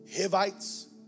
Hivites